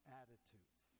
attitudes